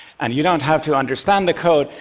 and you don't have to understand the code.